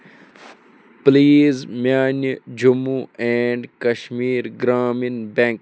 please میانہ Jammu and Kashmir Grameen bank